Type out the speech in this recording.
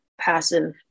passive